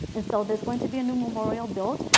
and so there's going to be a new memorial built.